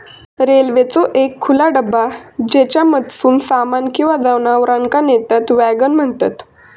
रेल्वेचो एक खुला डबा ज्येच्यामधसून सामान किंवा जनावरांका नेतत वॅगन म्हणतत